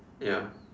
ya